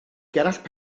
gerallt